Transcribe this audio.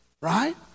right